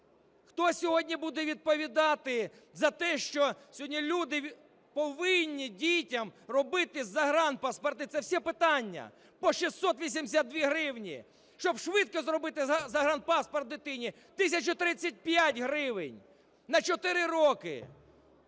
Хто сьогодні буде відповідати за те, що сьогодні люди повинні дітям робити загранпаспорти, це все питання, по 682 гривні, щоб швидко зробити загранпаспорт дитині – 1 тисячу 35 гривень на 4 роки?